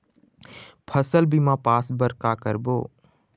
फसल बीमा पास बर का करबो?